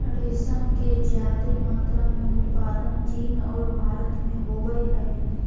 रेशम के ज्यादे मात्रा में उत्पादन चीन और भारत में होबय हइ